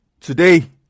Today